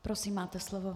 Prosím, máte slovo.